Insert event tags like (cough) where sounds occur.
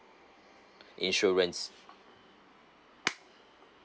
insurance (noise)